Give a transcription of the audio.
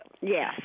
Yes